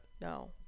No